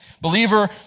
Believer